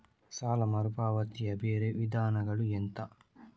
ಸಾಲ ಮರುಪಾವತಿಯ ಬೇರೆ ವಿಧಾನಗಳು ಎಂತ?